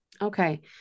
Okay